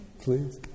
Please